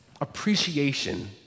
appreciation